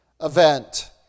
event